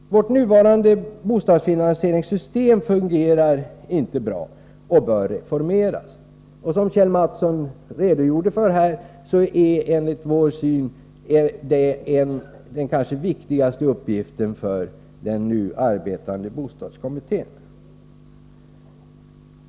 Vårt nuvarande bostadsfinansieringssystem fungerar inte bra och bör reformeras. Som Kjell Mattsson framförde är detta den kanske viktigaste uppgiften för den nu arbetande bostadskommittén.